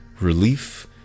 relief